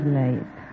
late